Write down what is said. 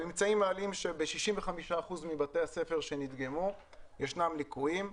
הממצאים מעלים שב-65 אחוזים מבתי הספר שנדגמו יש ליקויים,